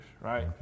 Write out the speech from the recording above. right